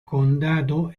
condado